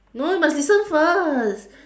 no you must listen first